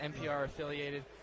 NPR-affiliated